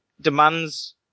demands